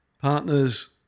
Partners